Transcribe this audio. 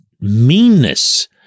meanness